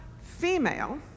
female